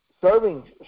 serving